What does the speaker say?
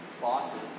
bosses